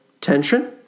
tension